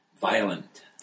violent